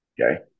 Okay